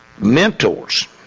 Mentors